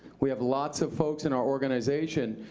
we have lots of folks in our organization.